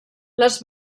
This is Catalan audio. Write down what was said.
les